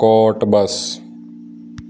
ਕੋਟ ਬਸ